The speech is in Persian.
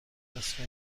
مثل